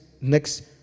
next